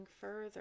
further